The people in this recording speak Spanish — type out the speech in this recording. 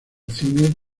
cine